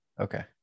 okay